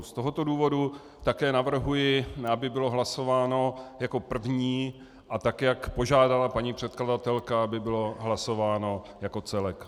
Z tohoto důvodu také navrhuji, aby bylo hlasováno jako první, a tak jak požádala paní předkladatelka, aby bylo hlasováno jako celek.